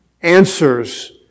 answers